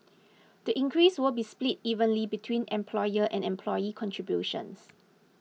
the increase will be split evenly between employer and employee contributions